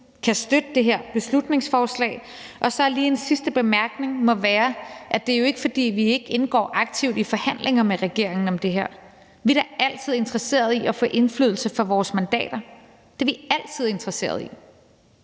kan støtte det her beslutningsforslag. Og en sidste bemærkning må være, at det jo ikke er, fordi vi ikke indgår aktivt i forhandlinger med regeringen om det her. Vi er da altid interesseret i at få indflydelse for vores mandater; det er vi altid interesseret i.